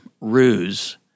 ruse